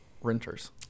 renters